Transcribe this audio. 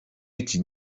iki